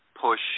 push